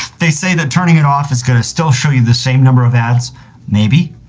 they say that turning it off is going to still show you the same number of ads maybe